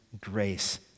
grace